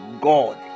God